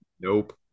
Nope